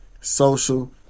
social